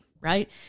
right